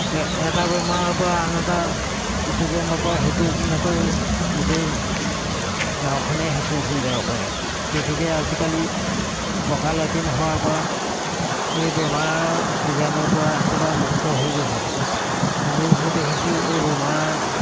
এটা বেমাৰৰপৰা আন এটা ইটো বেমাৰৰপৰা সেইটো তেনেকৈ গোটেই গাঁওখনেই সিঁচৰিত থৈ যাব পাৰে গতিকে আজিকালি পকা লেট্ৰিন হোৱাৰপৰা এই বেমাৰৰ বীজাণুৰপৰা একেবাৰে মুক্ত হৈ গৈছে আমি যি দেখিছোঁ এই বেমাৰ